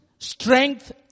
Strength